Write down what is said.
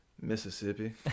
Mississippi